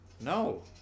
No